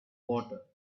water